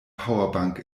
powerbank